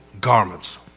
garments